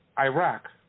Iraq